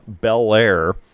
Belair